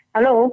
Hello